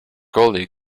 gully